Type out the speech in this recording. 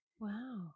Wow